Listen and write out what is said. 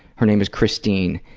her name is christine,